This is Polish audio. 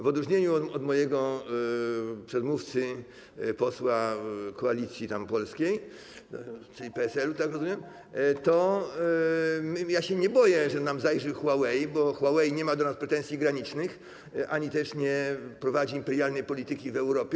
W odróżnieniu od mojego przedmówcy, posła Koalicji Polskiej, czyli PSL, jak rozumiem, ja się nie boję, że nam zajrzy Huawei, bo Huawei nie ma do nas pretensji granicznych ani też nie prowadzi imperialnej polityki w Europie.